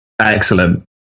Excellent